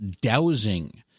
dowsing